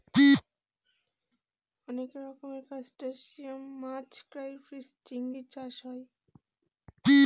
অনেক রকমের ত্রুসটাসিয়ান মাছ ক্রাইফিষ, চিংড়ি চাষ হয়